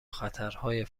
خطرهای